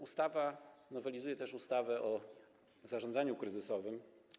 Ustawa nowelizuje też ustawę o zarządzaniu kryzysowym.